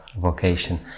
vocation